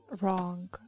wrong